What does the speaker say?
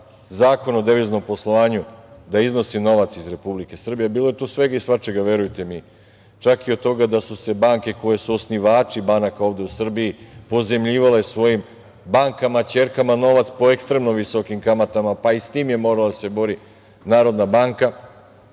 Zakona o deviznom poslovanju da iznosi novac iz Republike Srbije, bilo je tu svega i svačega, verujte mi, čak i od toga da su se banke koje su osnivači banaka ovde u Srbiji pozajmljivale svojim bankama, ćerkama novac po ekstremno visokim kamata, pa i sa tim je morala da se bori Narodna banka,